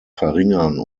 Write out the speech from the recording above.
verringern